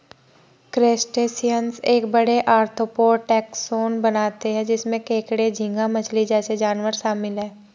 crustaceans एक बड़े, arthropod taxon बनाते हैं जिसमें केकड़े, झींगा मछली जैसे जानवर शामिल हैं